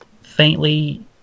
faintly